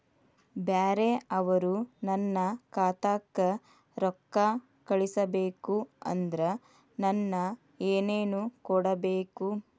ಬ್ಯಾರೆ ಅವರು ನನ್ನ ಖಾತಾಕ್ಕ ರೊಕ್ಕಾ ಕಳಿಸಬೇಕು ಅಂದ್ರ ನನ್ನ ಏನೇನು ಕೊಡಬೇಕು?